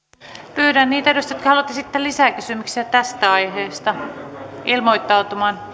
pyydän niitä edustajia jotka haluavat esittää lisäkysymyksiä tästä aiheesta ilmoittautumaan